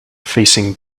facing